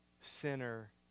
sinner